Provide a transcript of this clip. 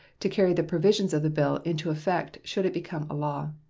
to carry the provisions of the bill into effect should it become a law.